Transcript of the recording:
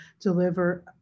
deliver